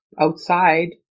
outside